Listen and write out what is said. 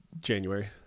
january